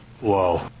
whoa